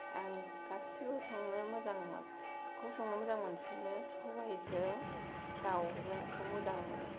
आं गासिबो संनो मोजां मोनो माखौ संनो मोजां मोनसिनो सबायजों दाउजोंखौ मोजां मोनो